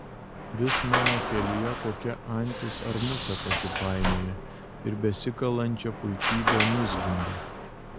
vis mano kelyje kokia antis ar musė pasipainioja ir besikalančią puikybę nuzvimbia